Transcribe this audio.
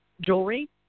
jewelry